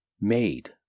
made